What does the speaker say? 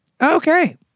Okay